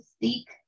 seek